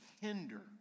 hinder